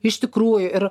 iš tikrųjų ir